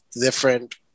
different